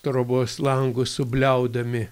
trobos langu subliaudami